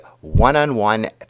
one-on-one